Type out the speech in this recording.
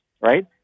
right